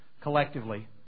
collectively